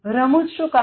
રમૂજ શું કામ